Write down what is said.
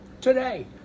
Today